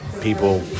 people